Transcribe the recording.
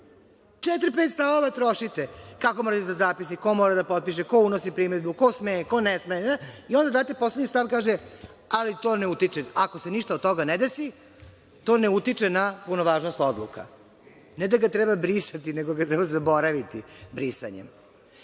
četiri, pet stavova kako se radi zapisnik, ko mora da potpiše, ko unosi primedbu, ko sme, ko ne sme, itd, a onda date poslednji stav koji kaže – ako se ništa od toga ne desi, to ne utiče na punovažnost odluka. Ne da ga treba brisati, nego ga treba zaboraviti brisanjem. Ta